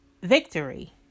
victory